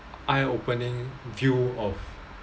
eye opening view of